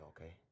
Okay